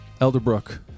Elderbrook